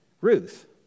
Ruth